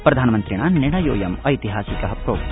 प्रधानमन्त्रिणा निर्णयोऽयमैतिहासिक प्रोक्त